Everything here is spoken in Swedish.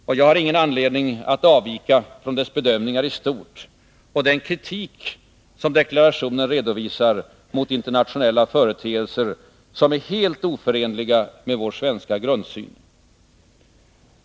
Och jag har ingen anledning att avvika från dess bedömningar i stort och den kritik som deklarationen redovisar mot internationella företeelser som är helt oförenliga med vår svenska grundsyn.